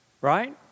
Right